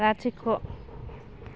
लाथिख'